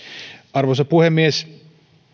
arvoisa puhemies